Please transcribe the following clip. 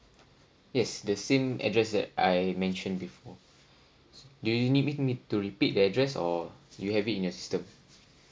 yes the same address that I mentioned before do you need me to repeat the address or you have it in your system